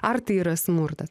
ar tai yra smurtas